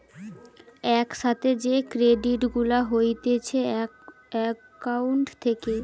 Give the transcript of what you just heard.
এক সাথে যে ক্রেডিট গুলা হতিছে একাউন্ট থেকে